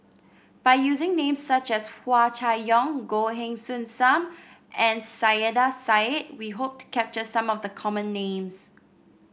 by using names such as Hua Chai Yong Goh Heng Soon Sam and Saiedah Said we hope to capture some of the common names